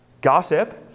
Gossip